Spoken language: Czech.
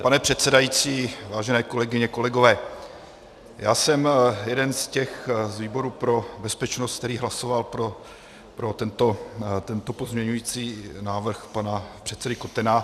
Pane předsedající, vážené kolegyně, kolegové, já jsem jeden z těch z výboru pro bezpečnost, který hlasoval pro tento pozměňující návrh pana předsedy Kotena.